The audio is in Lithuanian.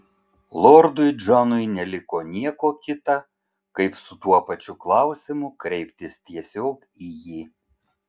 lordui džonui neliko nieko kita kaip su tuo pačiu klausimu kreiptis tiesiog į jį